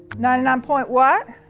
ninety nine point what?